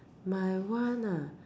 my one ah